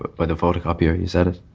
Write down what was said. by the photocopier, is that it?